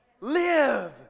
Live